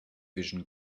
vision